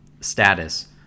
status